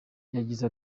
yagize